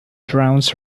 drowns